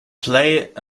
play